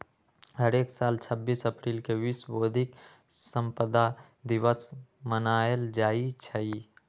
हरेक साल छब्बीस अप्रिल के विश्व बौधिक संपदा दिवस मनाएल जाई छई